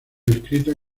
escrita